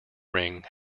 ring